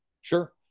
Sure